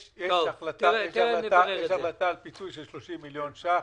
יש החלטה על פיצוי של 30 מיליון ש"ח,